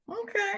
Okay